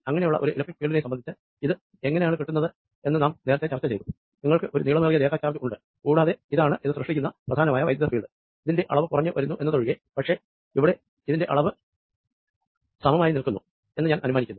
അങ്ങിനെയുള്ള ഒരു ഇലക്ട്രിക് ഫീൽഡിനെ സംബന്ധിച്ച് ഇത് എങ്ങിനെയാണ് കിട്ടുന്നതെന്ന് നാം നേരത്തെ ചർച്ച ചെയ്തു നിങ്ങൾക്ക് ഒരു നീളമേറിയ രേഖ ചാർജ് ഉണ്ട് കൂടാതെ ഇതാണ് ഇത് സൃഷ്ടിക്കുന്ന ഇലക്ട്രിക്ക് ഫീൽഡ് ഇതിന്റെ അളവ് ക്രമേണ കുറഞ്ഞു വരുന്നു പക്ഷെ ഇവിടെ ഇതിന്റെ അളവ് സമമാണ് എന്ന് ഞാൻ അനുമാനിക്കുന്നു